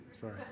Sorry